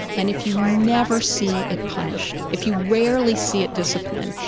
and if you never see it punished, if you rarely see it disciplined,